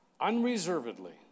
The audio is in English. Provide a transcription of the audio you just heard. unreservedly